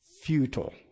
futile